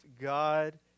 God